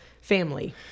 family